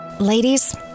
Ladies